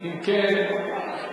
אדוני,